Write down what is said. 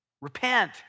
Repent